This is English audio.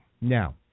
now